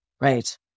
Right